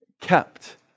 kept